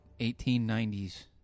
1890s